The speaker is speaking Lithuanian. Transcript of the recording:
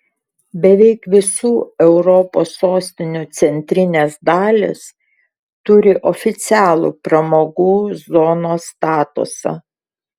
beveik visų europos sostinių centrinės dalys turi oficialų pramogų zonos statusą